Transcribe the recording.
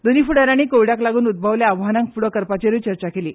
दोनूय फुडा यांनी कोविडाक लागून उद्भवल्या आव्हांनाक फुडो करपाचेरूय चर्चा जाली